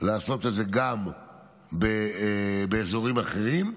לעשות את זה גם באזורים אחרים,